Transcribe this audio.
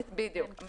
בדיוק.